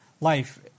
Life